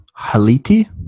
Haliti